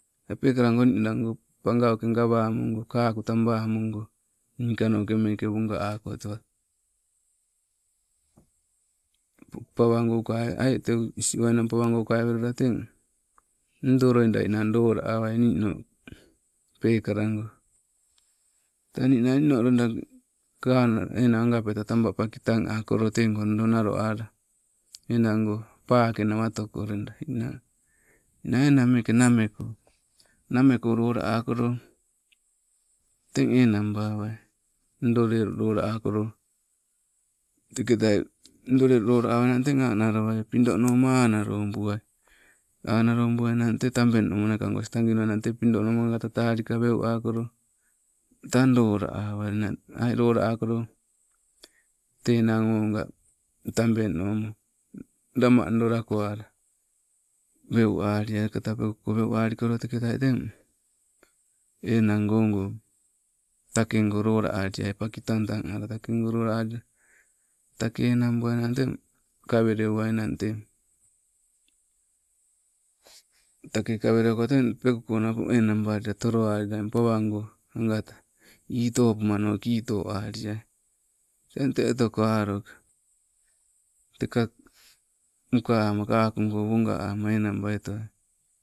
Te peekalango ninalango pangauke gawamogo kako tabamogo, niikanokeme kee wonga ako tewa. Pawago ukai aii tee isi owainan pawango ukawai welola teng, ndoo loida ninang lola awai ninoo, pekalago, tee ninna ninoloida uka ala enang agapetae taba paki pakitaa akolo. Tego ndo nalo alla, enango, pakenawatoko loida ninang niinna enanagmeke nameko, nameko lola akolo, teng enangbawai. Ndoo lelu lolawakolo, teketai ndoo lelu lolawawai nna teng anawalawai pidonomu anna lobuai, anna lobuainan tee tabeng nommunai okowes tagi nuwai nang tee pido nomu agagata talika weu akolo. Tang lola awai, ninan aii lola akolo, tee enang ogaa, tabeng nomuu, nama ndoo lako ala, weu aliai kata pekuko, weku alikolo teketai teng, enango ogo, take go lola aliai paki tan tan ala, takego lola alila. Take enang buainan teng, kawelen ainnan te. Takei kaweeuko teng, pekuko napo enangbalila tolo alila eng, pawango, agata, ii topumano kiito aliai, teng tee otoko aloke teka uka ama kakongo wonga ama enang bai toai.